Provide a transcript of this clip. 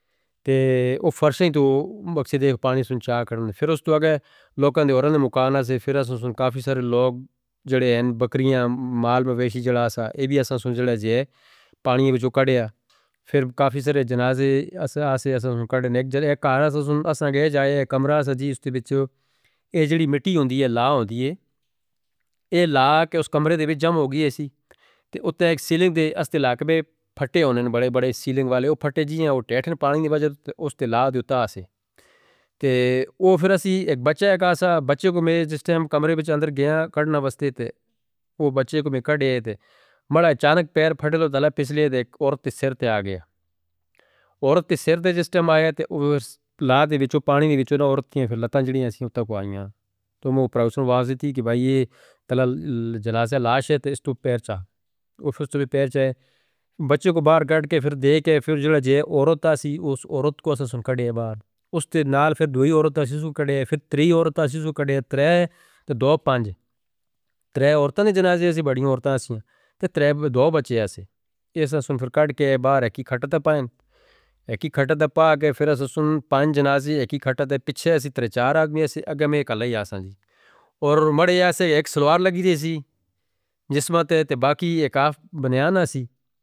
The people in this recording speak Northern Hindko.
تے اوہ فرضیں توں باکس دے پانی سن چاک کرنا۔ پھر اس تو آگئے۔ لوکاں دے اوراں دے مکانا سے پھر اس سن کافی سارے لوگ جڑے ہیں بکریاں مال مبیشی جڑا سا۔ ایہ بھی اس سن جڑا جئے پانی وچوں کڑیا۔ پھر کافی سارے جنازے اس آسے اس سن کڑنے۔ ایک کارہ سن آساں گئے جائے۔ ایک کمرہ سا جی اس تے وچوں۔ اے جڑی مٹی ہوندی ہے لاہ ہوندی ہے۔ اے لاہ کے اس کمرے دے وچ جم ہو گئی ہے سی۔ تے اتھے ایک سیلنگ دے اس تے لاک بے پھٹے ہوندے نے بڑے بڑے سیلنگ والے۔ اوہ پھٹے جیہاں وہ ٹیٹن پاگنی دے وجہ دے اس تے لاہ دے اتھے آسے۔ تے وہ پھر اسی ایک بچہ اکاسا۔ بچہ کو میں جس ٹائم کمرے بچ اندر گیا کڑنا بس تھے تے۔ وہ بچے کو میں کڑھے تے۔ بڑا اچانک پیر پھٹے لو دالہ پسلے دے ایک عورت دے سر تے آگیا۔ عورت دے سر تے جس ٹائم آیا تے وہ لاہ دے وچوں پانی دے وچوں نا عورت تے لٹھاں جڑیاں سی اتھے پواں۔ تو مہو پراوسن آواز دی تھی کہ بھئی یہ جنازہ لاش ہے تے اس تے پیر چھا۔ اس تے پیر چھا۔ بچے کو بار کڑ کے پھر دیکھے پھر جڑا جئے عورت تسی اس عورت کو ہم سن کڑھے بار۔ اس تے نال پھر دوئی عورت تسی سن کڑھے پھر تری عورت تسی سن کڑھے۔ تری تے دو پانچ۔ تری عورت نے جنازے ہم بڑی ہوں عورت تسی ہیں۔ تے تری دو بچے ہیں۔ یہ سن سن پھر کڑ کے بار ہے۔ کی کھٹتا پائیں۔ ایک ہی کھٹتا پا کے پھر اس سن پانچ جنازے ایک ہی کھٹتے پچھے اس تری چار آگمی ہیں۔ اگے میں ایک اللہ ہی آساں جی۔ اور مرے آساں ایک سلوار لگی تے سی۔ جسمہ تے تے باقی ایک آف بنیاں نہ سی.